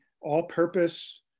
all-purpose